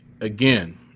again